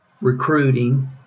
recruiting